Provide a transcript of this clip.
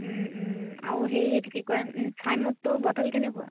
আৰু সেই এইটো কি কয় চাই মদটো বটল কেনেকুৱা